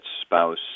spouse